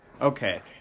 Okay